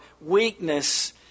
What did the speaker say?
weakness